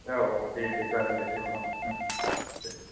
औ औ दे दे जागोन दे जेबो नङा दे